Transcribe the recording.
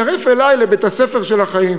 יצטרף אלי לבית-הספר של החיים,